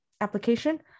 application